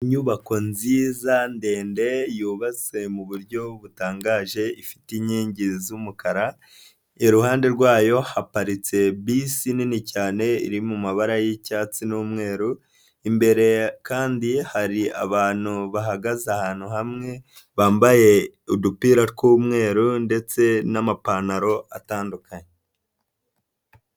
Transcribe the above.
Inyubako nziza ndende, yubatse mu buryo butangaje, ifite inkingi z'umukara, iruhande rwayo haparitse bisi nini cyane, iri mu mabara y'icyatsi n'umweru, imbere kandi hari abantu bahagaze ahantu hamwe, bambaye udupira tw'umweru ndetse n'amapantaro atandukanye.